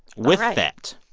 with that.